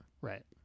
Right